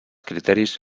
criteris